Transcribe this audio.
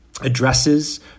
addresses